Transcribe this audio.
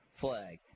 flag